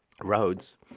roads